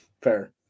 fair